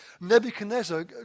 Nebuchadnezzar